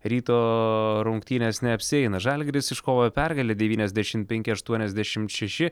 ryto rungtynės neapsieina žalgiris iškovojo pergalę devyniasdešimt penki aštuoniasdešimt šeši